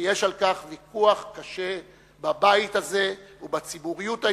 ויש על כך ויכוח קשה בבית הזה ובציבוריות הישראלית,